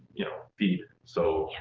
you know, feed so